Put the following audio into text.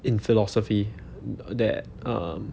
in philosophy that um